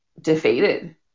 defeated